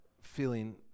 feeling